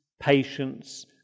patience